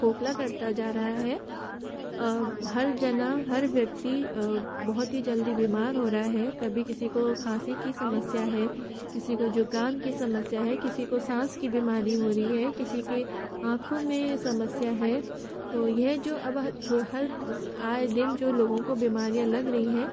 खोखला करता जा रहा है हर जना हर व्यक्ति बहौत ही जल्दी बीमार हो रहा है कभी किसी को खाँसी की समस्या है किसी को ज़ुकाम की समस्या है किसी को साँस की बीमारी हो रही है किसी के आँखों में समस्या है तो यह जो अब हद हर आए दिन जो लोगों को बीमारियाँ लग रही हैं